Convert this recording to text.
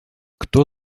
кто